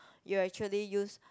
you actually use